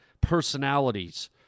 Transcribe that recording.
personalities